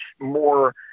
more